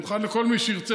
אני מוכן לכל מי שירצה,